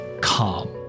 calm